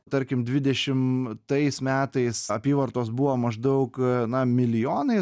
tarkim dvidešimtais metais apyvartos buvo maždaug na milijonais